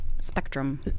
spectrum